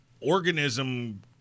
organism